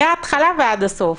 מהתחלה ועד הסוף.